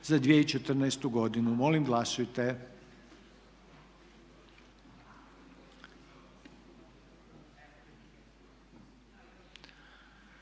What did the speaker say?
za 2014. godinu. Molim glasujte.